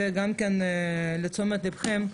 זה לתשומת ליבכם.